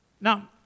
Now